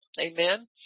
Amen